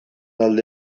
alde